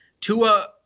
Tua